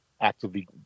actively